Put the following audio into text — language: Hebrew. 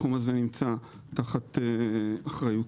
התחום הזה נמצא תחת אחריותי.